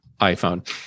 iPhone